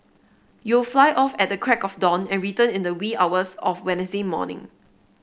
you'll fly off at the crack of dawn and return in the wee hours of Wednesday morning